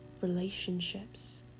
relationships